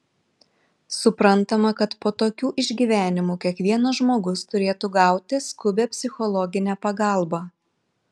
suprantama kad po tokių išgyvenimų kiekvienas žmogus turėtų gauti skubią psichologinę pagalbą